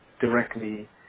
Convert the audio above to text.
directly